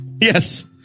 Yes